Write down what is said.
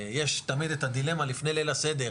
יש תמיד את הדילמה לפני ליל הסדר,